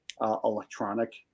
electronic